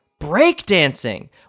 breakdancing